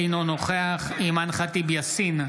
אינו נוכח אימאן ח'טיב יאסין,